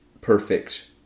perfect